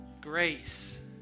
Grace